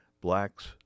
blacks